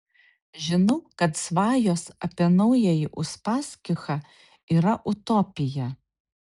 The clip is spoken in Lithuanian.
žinau kad svajos apie naująjį uspaskichą yra utopija